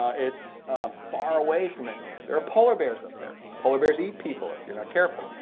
it's far away from anything. there are polar bears up there. polar bears eat people if you're not careful.